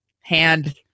hand